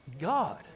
God